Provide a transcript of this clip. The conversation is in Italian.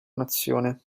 nazione